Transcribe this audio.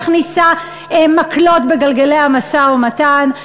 שמכניסה מקלות בגלגלי המשא-ומתן.